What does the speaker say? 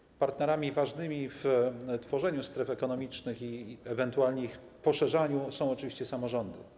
Ważnymi partnerami w tworzeniu stref ekonomicznych i ewentualnie ich poszerzaniu są oczywiście samorządy.